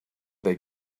they